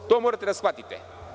To morate da shvatite.